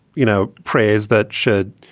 you know, praise that should,